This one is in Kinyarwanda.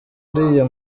uriya